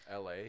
la